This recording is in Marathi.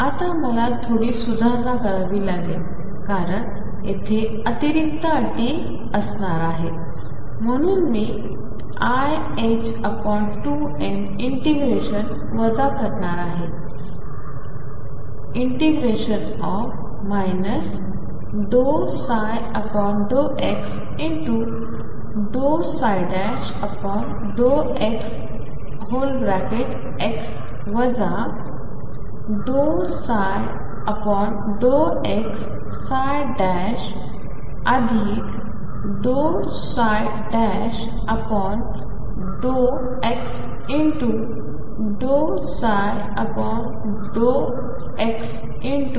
आता मला थोडी सुधारणा करावी लागेल कारण तेथे अतिरिक्त अटी दिसणार आहेत म्हणून मी iℏ2m∫ वजा करणार आहे ∫ ∂ψ∂x∂xx ∂ψ∂x∂x∂ψ∂xx∂xdx